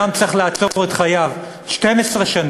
אדם צריך לעצור את חייו 12 שנה.